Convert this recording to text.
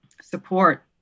support